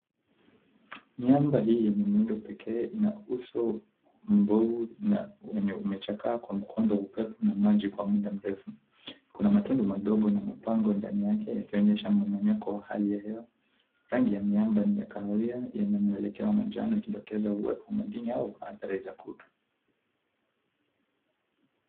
Miamba hii yenye miundo pekee ina uso mbovu na wenye umechakaa kwa mkondo wa upepo na maji kwa muda mrefu. Kuna matundu madogo na mapango ndani yake yakionyesha mmomonyoko wa hali ya hewa. Rangi ya miamba ni ya kahawia yenye mwelekeo wa manjano ikidokeza uwepo wa madini au athari za kutu.